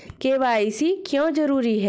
KYC क्यों जरूरी है?